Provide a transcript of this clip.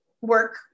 work